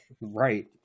Right